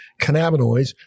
cannabinoids